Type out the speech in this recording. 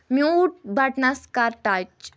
mute buttons کَر touch